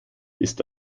ist